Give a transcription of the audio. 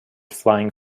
flying